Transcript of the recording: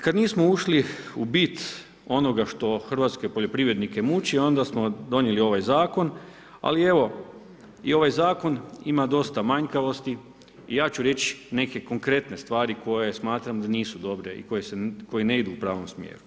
Kad nismo ušli u bit onoga što hrvatske poljoprivrednike muči onda smo donijeli ovaj zakon, ali evo i ovaj zakon ima dosta manjkavosti i ja ću reći neke konkretne stvari koje smatram da nisu dobre i koje ne idu u pravom smjeru.